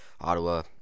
Ottawa